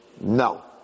No